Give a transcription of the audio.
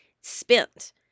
spent